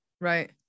right